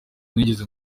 nigeze